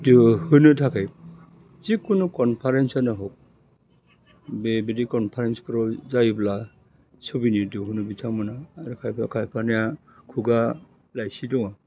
दिहुननो थाखाय जिखुनु कनफारेन्सआनो हक बे बादि कनफारेन्सफोराव जायोब्ला सभिनेर दिहुनो बिथांमोना आरो खायफा खायफानिया खुगा लाइसि दङ